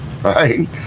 Right